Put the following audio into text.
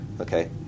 Okay